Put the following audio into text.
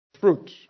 fruit